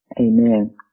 Amen